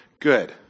Good